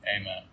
Amen